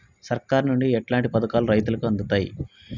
సర్కారు నుండి ఎట్లాంటి పథకాలు రైతులకి అందుతయ్?